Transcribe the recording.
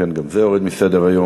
גם זה יורד מסדר-היום.